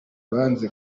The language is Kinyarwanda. banze